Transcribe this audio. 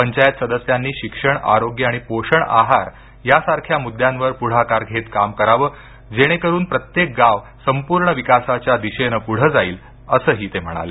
पंचायत सदस्यांनी शिक्षण आरोग्य आणि पोषण आहार यासारख्या मुद्द्यांवर पुढाकार घेत काम करावं जेणेकरून प्रत्येक गाव संपूर्ण विकासाच्या दिशेनं पुढं जाईल असंही तोमर म्हणाले